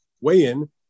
weigh-in